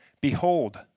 Behold